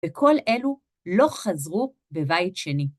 וכל אלו לא חזרו בבית שני.